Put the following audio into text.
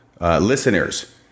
Listeners